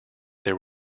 there